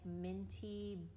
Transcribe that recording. minty